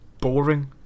boring